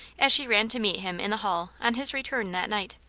as she ran to meet him in the hall, on his return that night.